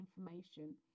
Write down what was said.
information